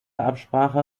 absprache